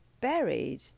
buried